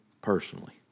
personally